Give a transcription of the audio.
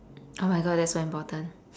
oh my god that's so important